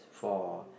for